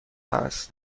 است